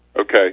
Okay